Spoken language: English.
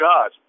God